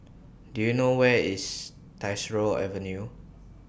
Do YOU know Where IS Tyersall Avenue